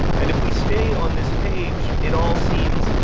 and if we stay on this page, it all seems.